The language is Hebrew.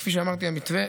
כפי שאמרתי, המתווה